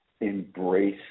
embrace